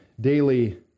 daily